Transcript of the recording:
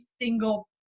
single